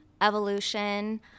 evolution